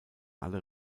alle